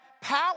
power